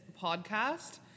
podcast